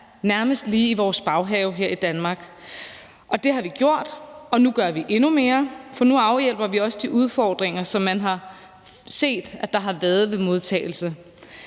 nærmest lige i vores baghave her i Danmark. Det har vi gjort, og nu gør vi endnu mere, for nu afhjælper vi også de udfordringer, som man har set der har været ved modtagelsen.